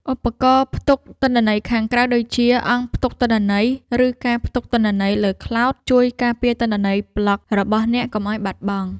ឧបករណ៍ផ្ទុកទិន្នន័យខាងក្រៅដូចជា អង្គផ្ទុកទិន្នន័យ ឬ ការផ្ទុកទិន្នន័យលើខ្លោដ ជួយការពារទិន្នន័យប្លក់របស់អ្នកកុំឱ្យបាត់បង់។